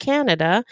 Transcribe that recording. Canada